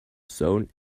zone